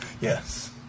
yes